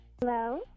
Hello